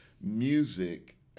music